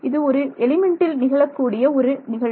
இது ஒரு எலிமெண்ட்டில் நிகழக்கூடிய ஒரு நிகழ்வு